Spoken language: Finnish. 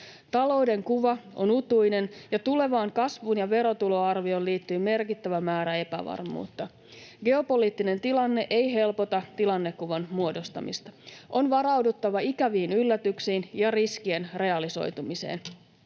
Talouden kuva on utuinen, ja tulevaan kasvuun ja verotuloarvioon liittyy merkittävä määrä epävarmuutta. Geopoliittinen tilanne ei helpota tilannekuvan muodostamista. On varauduttava ikäviin yllätyksiin ja riskien realisoitumiseen.